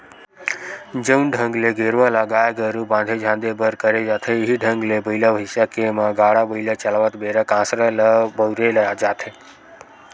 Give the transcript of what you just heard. जउन ढंग ले गेरवा ल गाय गरु बांधे झांदे बर करे जाथे इहीं ढंग ले बइला भइसा के म गाड़ा बइला चलावत बेरा कांसरा ल बउरे जाथे